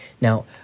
Now